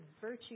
virtue